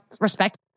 respect